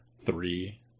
three